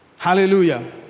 Hallelujah